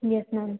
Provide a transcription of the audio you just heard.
yes ma'am